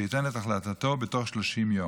שייתן את החלטתו בתוך 30 יום.